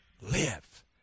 Live